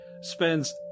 spends